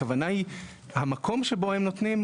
הכוונה היא אל המקום שבו הם נותנים,